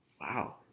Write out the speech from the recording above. wow